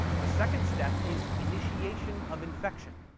the second step is initiation of infection.